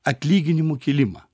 atlyginimų kilimą